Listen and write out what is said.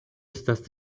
estas